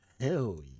Hell